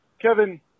Kevin